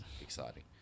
exciting